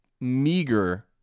meager